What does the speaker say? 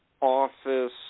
office